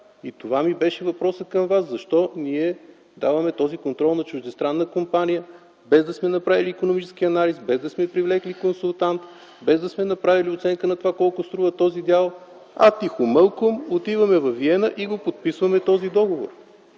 Това ми беше въпросът към Вас: защо ние даваме този контрол на чуждестранна компания, без да сме направили икономически анализ, без да сме привлекли консултант, без да сме направили оценка на това колко струва този дял, а тихомълком отиваме във Виена и подписваме този договор?